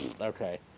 Okay